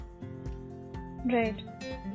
Right